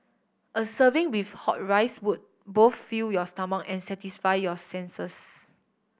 a serving with hot rice would both fill your stomach and satisfy your senses